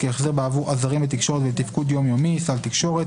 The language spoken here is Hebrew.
כהחזר בעבור עזרים לתקשורת ולתפקוד יום יומי (סל תקשורת),